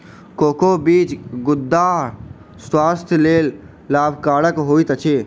cocoa बीज गुर्दा स्वास्थ्यक लेल लाभकरक होइत अछि